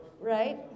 right